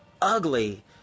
ugly